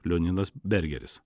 leonidas bergeris